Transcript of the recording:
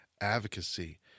advocacy